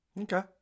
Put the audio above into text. Okay